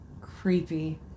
Creepy